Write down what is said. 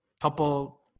couple